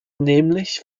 nämlich